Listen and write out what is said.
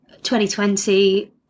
2020